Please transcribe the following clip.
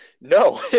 No